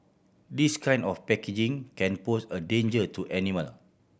this kind of packaging can pose a danger to animal